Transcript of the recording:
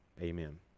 amen